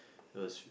it was